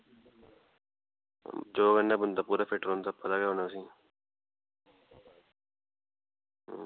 योगा कन्नै बंदा पूरा फिट रौहंदा पता गै होना तुसेंगी